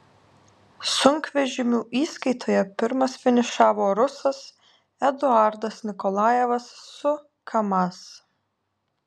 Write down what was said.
sunkvežimių įskaitoje pirmas finišavo rusas eduardas nikolajevas su kamaz